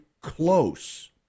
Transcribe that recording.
close